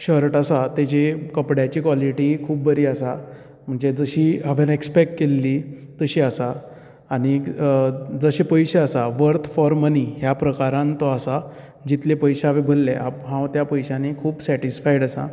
shirt आसा तेजी कपड्याची कॉलीटी खूब बरी आसा म्हणजे जशी हांवेंन ऍक्पॅक्ट केल्ली तशी आसा आनीक जशे पयशे आसा तशे वर्थ फॉर मनी ह्या प्रकारांत तो आसा जितले पयशे हांवे भरले आप हांव त्या पयश्यांनी खूब सॅटीसफायड आसां